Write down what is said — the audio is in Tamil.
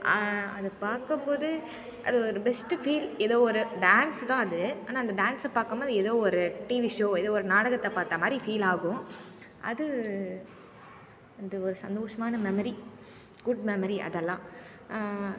அது பார்க்கும்போது அது ஒரு பெஸ்ட்டு ஃபீல் ஏதோ ஒரு டான்ஸ் தான் அது ஆனால் அந்த டான்ஸை பார்க்கும்போது ஏதோ ஒரு டிவி ஷோ ஏதோ ஒரு நாடகத்தை பார்த்தமாரி ஃபீல் ஆகும் அது வந்து ஒரு சந்தோஷமான மெமரி குட் மெமரி அதெல்லாம்